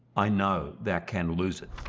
i know, that can lose it.